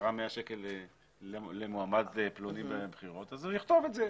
תרם 100 שקל למועמד פלוני בבחירות אז הוא יכתוב את זה.